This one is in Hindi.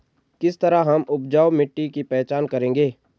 किस तरह हम उपजाऊ मिट्टी की पहचान करेंगे?